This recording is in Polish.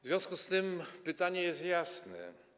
W związku z tym pytanie jest jasne.